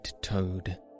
toad